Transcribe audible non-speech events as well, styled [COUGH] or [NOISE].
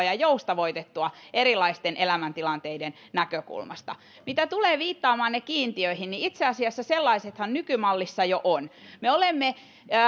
[UNINTELLIGIBLE] ja joustavoitettua erilaisten elämäntilanteiden näkökulmasta mitä tulee viittaamiinne kiintiöihin niin itse asiassa sellaisethan nykymallissa jo on me olemme